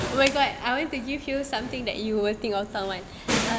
I want to give you something that you would think of someone